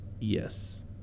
Yes